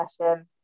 session